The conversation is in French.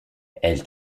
elles